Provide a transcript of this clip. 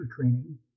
Training